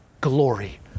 glory